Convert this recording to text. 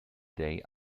day